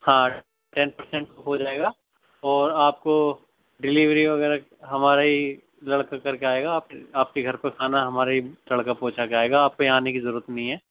ہاں ten percent ہو جائے گا اور آپ کو ڈیلیوری وغیرہ ہمارا ہی لڑکا کر کے آئے گا آپ آپ کے گھر پہ کھانا ہمارے ہی لڑکا پہنچا کے آئے گا آپ کو یہاں آنے کی ضرورت نہیں ہے